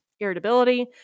Irritability